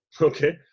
Okay